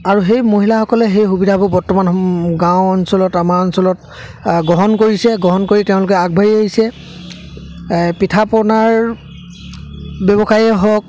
আৰু সেই মহিলাসকলে সেই সুবিধাবোৰ বৰ্তমান সম গাঁও অঞ্চলত আমাৰ অঞ্চলত আ গ্ৰহণ কৰিছে গ্ৰহণ কৰি তেওঁলোকে আগবাঢ়ি আহিছে এ পিঠা পনাৰ ব্যৱসায়ীয়ে হওক